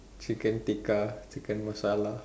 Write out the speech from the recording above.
chicken tikka chicken Masala